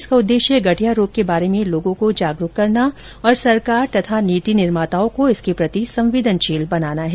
इसका उद्देश्य गठिया रोग के बारे में लोगों को जागरूक करना तथा सरकार और नीति निर्माताओं को इसके प्रति संवेदनशील बनाना है